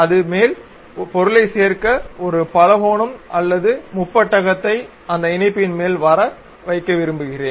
அதுமேல் பொருளை சேர்க்க ஒரு பல்கோணம் அல்லது முப்பட்டகத்தை அந்த இணைப்பின் மேல் வர வைக்க விரும்புகிறேன்